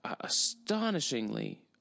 astonishingly